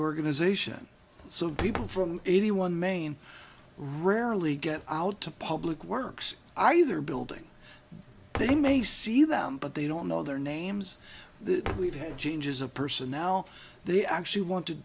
organization so people from any one main rarely get out to public works either building they may see them but they don't know their names we've had ginger's of personnel they actually want to